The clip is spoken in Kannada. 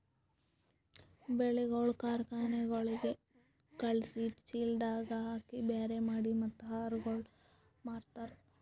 ಬೆಳಿಗೊಳ್ ಕಾರ್ಖನೆಗೊಳಿಗ್ ಖಳುಸಿ, ಚೀಲದಾಗ್ ಹಾಕಿ ಬ್ಯಾರೆ ಮಾಡಿ ಮತ್ತ ಆಹಾರಗೊಳ್ ಮಾರ್ತಾರ್